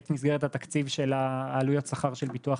את מסגרת התקציב של עלויות השכר של ביטוח